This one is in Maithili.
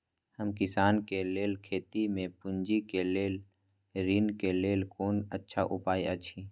हम किसानके लेल खेती में पुंजी के लेल ऋण के लेल कोन अच्छा उपाय अछि?